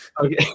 Okay